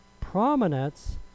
prominence